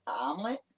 omelet